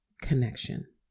connection